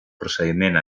procediment